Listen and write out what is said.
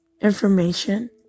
information